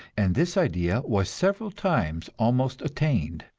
and this ideal was several times almost attained.